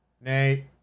Nate